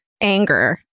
anger